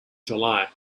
july